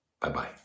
bye-bye